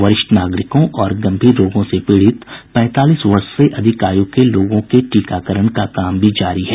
वरिष्ठ नागरिकों और गंभीर रोगों से पीड़ित पैंतालीस वर्ष से अधिक आयु के लोगों के टीकाकरण का काम भी जारी है